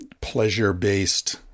pleasure-based